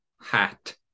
hat